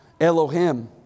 Elohim